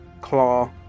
claw